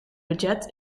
budget